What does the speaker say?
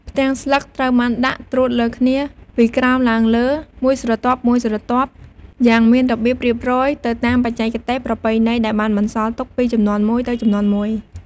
ផ្ទាំងស្លឹកត្រូវបានដាក់ ត្រួតលើគ្នាពីក្រោមឡើងលើមួយស្រទាប់ៗយ៉ាងមានរបៀបរៀបរយ ទៅតាមបច្ចេកទេសប្រពៃណីដែលបានបន្សល់ទុកពីជំនាន់មួយទៅជំនាន់មួយ។